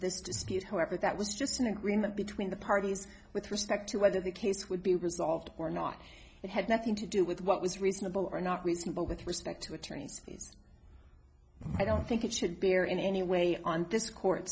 however that was just an agreement between the parties with respect to whether the case would be resolved or not it had nothing to do with what was reasonable or not reasonable with respect to attorneys i don't think it should bear in any way on this court